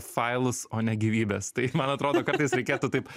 failus o ne gyvybes tai man atrodo kartais reikėtų taip